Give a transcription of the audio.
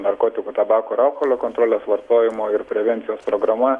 narkotikų tabako ir alkoholio kontrolės vartojimo ir prevencijos programa